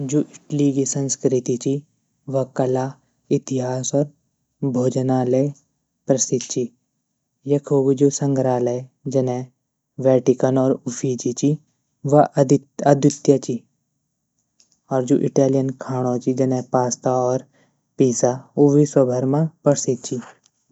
जू इटली गी संस्कृति ची व कला, इतिहास, और भोजना ले प्रसिद्ध ची यखो ग जू संग्रहले जने वैटिकन और फ़िजी ची व अद्वित्य ची और जू इटालियन खाणों ची जने पास्ता और पिज़्ज़ा उ विश्वभर म प्रसिद्ध ची।